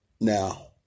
Now